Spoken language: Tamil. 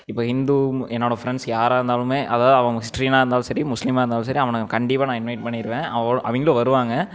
இப்போ இந்து என்னோட ஃப்ரெண்ட்ஸ் யாராக இருந்தாலுமே அதாவது அவங்க கிறிஸ்டீனாக இருந்தாலும் சரி முஸ்லீமாக இருந்தாலும் சரி அவனுங்களை கண்டிப்பாக நான் இன்வைட் பண்ணிடுவேன் அவோ அவங்களும் வருவாங்க